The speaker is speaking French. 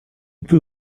peut